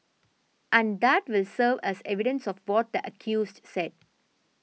and that will serve as evidence of what the accused said